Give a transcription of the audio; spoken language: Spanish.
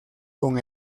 con